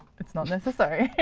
it's not necessary.